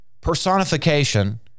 personification